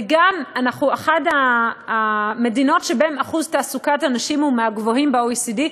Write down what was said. וגם אנחנו אחת המדינות שבהן אחוז תעסוקת הנשים הוא מהגבוהים ב-OECD,